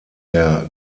der